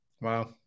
Wow